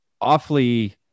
awfully